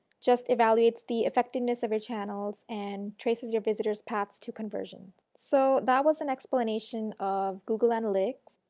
just evaluates the effectiveness of your channels and traces your visitors paths to conversions. so that was an explanation of google analytics.